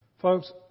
Folks